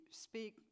speak